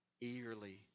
Eagerly